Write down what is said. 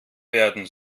werden